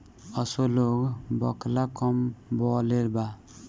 असो लोग बकला कम बोअलेबा